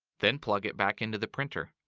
then plug it back into the printer.